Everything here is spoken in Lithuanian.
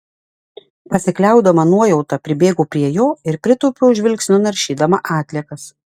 pasikliaudama nuojauta pribėgau prie jo ir pritūpiau žvilgsniu naršydama atliekas